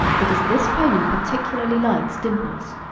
because this pony particularly likes dimples!